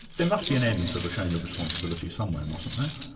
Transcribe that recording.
there must be an end to the chain of responsibility somewhere, mustn't